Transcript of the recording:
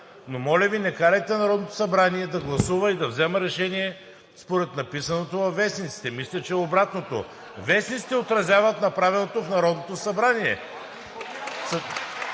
Моля Ви, не карайте Народното събрание да гласува и да взема решения според написаното във вестниците! Мисля, че е обратното – вестниците отразяват направеното в Народното събрание.